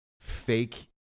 fake